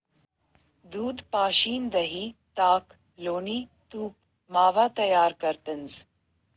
दूध पाशीन दही, ताक, लोणी, तूप, मावा तयार करतंस